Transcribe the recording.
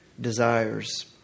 desires